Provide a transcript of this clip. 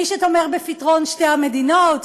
מי שתומך בפתרון שתי המדינות?